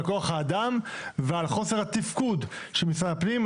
על כוח האדם ועל חוסר התפקוד של משרד הפנים,